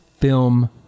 film